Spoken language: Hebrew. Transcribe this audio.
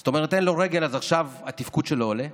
זאת אומרת, אין לו רגל, אז עכשיו התפקוד שלו עולה?